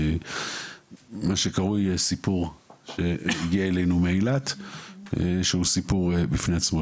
מה שקרוי הסיפור שהגיע אלינו מאילת שהוא סיפור בפני עצמו.